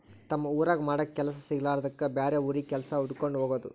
ತಮ್ಮ ಊರಾಗ ಮಾಡಾಕ ಕೆಲಸಾ ಸಿಗಲಾರದ್ದಕ್ಕ ಬ್ಯಾರೆ ಊರಿಗೆ ಕೆಲಸಾ ಹುಡಕ್ಕೊಂಡ ಹೊಗುದು